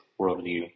worldview